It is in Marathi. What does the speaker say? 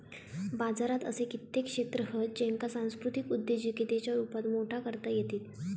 बाजारात असे कित्येक क्षेत्र हत ज्येंका सांस्कृतिक उद्योजिकतेच्या रुपात मोठा करता येईत